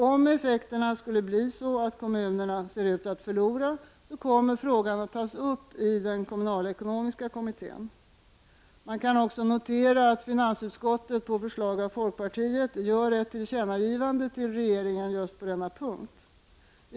Om effekterna skulle bli att kommunerna förlorar skall frågan tas upp i den kommunalekonomiska kommittén. Man kan också notera att finansutskottet på förslag av folkpartiet gör ett tillkännagivande till regeringen just på denna punkt.